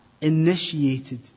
initiated